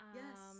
yes